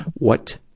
what,